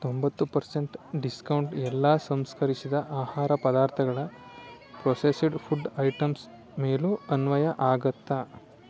ತೊಂಬತ್ತು percent discount ಎಲ್ಲ ಸಂಸ್ಕರಿಸಿದ ಆಹಾರ ಪದಾರ್ಥಗಳ ಪ್ರೊಸೆಸಿಡ್ ಫುಡ್ ಐಟಮ್ಸ್ ಮೇಲೂ ಅನ್ವಯ ಆಗುತ್ತಾ